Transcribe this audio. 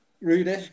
Rudy